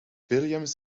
williams